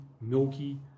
milky